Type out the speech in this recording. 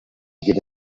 get